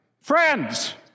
friends